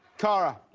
cara,